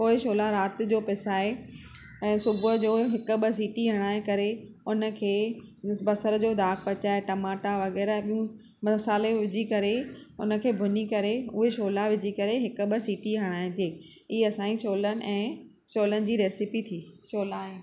पोइ छोला राति जो पिसाए ऐं सुबुह जो हिकु ॿ सीटी हणाए करे उनखे बसर जो दाॻु पचाए टमाटा वग़ैरह ॿियूं मसाले विझी करे उनखे भुञी करे उहे छोला विझी करे हिक ॿ सिटी हणाइजे इहा असांजी छोलनि ऐं छोलनि जी रेसिपी थी छोला ऐं